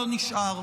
לא נשאר.